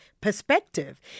perspective